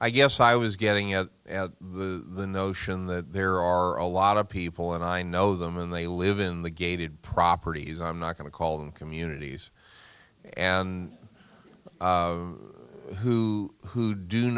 i guess i was getting at the notion that there are a lot of people and i know them and they live in the gated properties i'm not going to call them communities and who who do